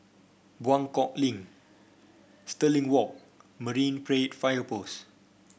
Buangkok Link Stirling Walk Marine Parade Fire Post